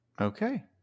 Okay